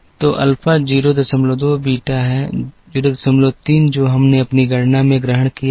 तो alpha 02 beta है 03 जो हमने अपनी गणना में ग्रहण किया है